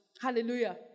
Hallelujah